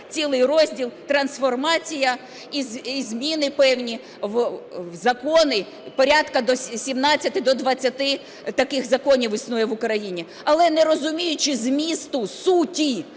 цілий розділ, трансформація і зміни певні в закони, порядка від 17 до 20 таких законів існує в Україні. Але не розуміючи змісту, суті